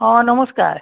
অঁ নমস্কাৰ